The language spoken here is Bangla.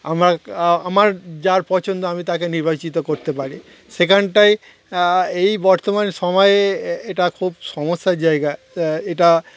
আমরা আমার যার পছন্দ আমি তাকে নির্বাচিত করতে পারি সেখানটায় এই বর্তমান সময়ে এটা খুব সমস্যার জায়গা এটা